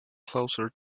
closer